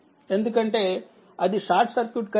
ఎందుకంటే ఇది short circuit current Norton current